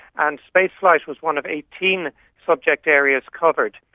and spaceflight was one of eighteen subject areas covered.